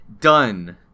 done